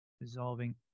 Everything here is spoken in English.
dissolving